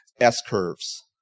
S-curves